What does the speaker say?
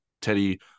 Teddy